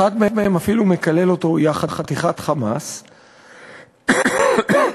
אחד מהם אפילו מקלל אותו: יא חתיכת "חמאס".